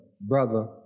brother